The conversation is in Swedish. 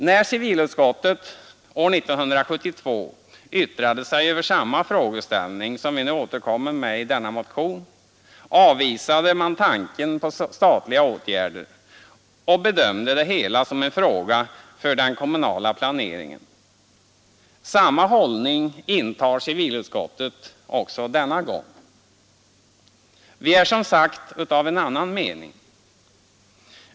När civilutskottet år 1972 yttrade sig över samma frågeställning som den vi nu återkommer med i denna motion avvisade utskottet tanken på statliga åtgärder och bedömde det hela som en fråga för den kommunala planeringen. Samma hållning intar civilutskottets majoritet också denna gång. Vi är som sagt av annan mening.